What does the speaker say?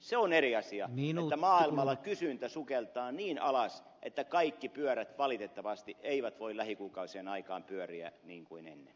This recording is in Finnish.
se on eri asia että maailmalla kysyntä sukeltaa niin alas että kaikki pyörät valitettavasti eivät voi lähikuukausien aikaan pyöriä niin kuin ennen